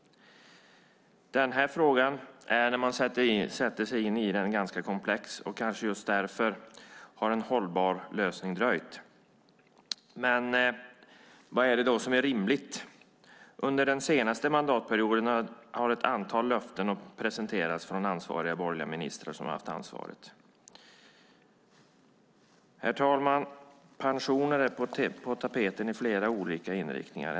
Den här frågan är, när man sätter sig in i den, ganska komplex, och kanske just därför har en hållbar lösning dröjt. Vad är det då som är rimligt? Under den senaste mandatperioden har ett antal löften presenterats från ansvariga borgerliga ministrar. Herr talman! Pensioner är på tapeten i flera olika inriktningar.